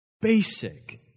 Basic